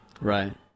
Right